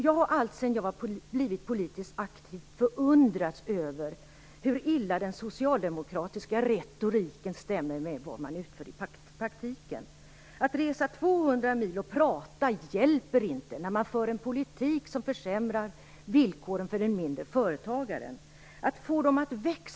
Jag har alltsedan jag har blivit politiskt aktiv förundrats över hur illa den socialdemokratiska retoriken stämmer med det som man utför i praktiken. Att resa 200 mil och prata hjälper inte när man för en politik som försämrar villkoren för den mindre företagaren.